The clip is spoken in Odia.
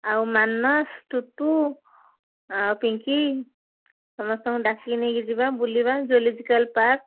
ଆଉ ମାନସ ଟୁଟୁ ଆଉ ପିଙ୍କି ସମସ୍ତଙ୍କୁ ଡାକିକି ନେଇକି ଯିବା ବୁଲିବା ଜୁଲୋଜିକାଲ୍ ପାର୍କ